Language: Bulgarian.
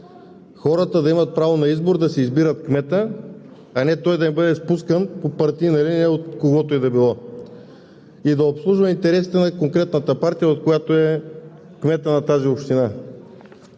хората да имат право на избор – да си избират кмета, а не той да им бъде спускан по партийна линия от когото и да било и да обслужва интересите на конкретната партия, от която е кметът на тази община.